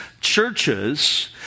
churches